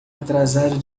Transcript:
atrasado